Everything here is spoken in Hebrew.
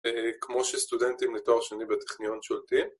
כמו שסטודנטים לתואר שני בתכניון שולטים